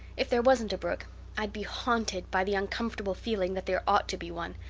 if there wasn't a brook i'd be haunted by the uncomfortable feeling that there ought to be one.